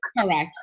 Correct